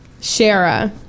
Shara